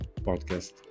podcast